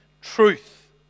truth